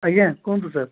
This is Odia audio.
ଆଜ୍ଞା କୁହନ୍ତୁ ସାର୍